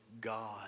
God